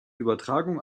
übertragung